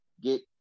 Get